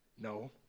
No